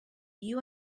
you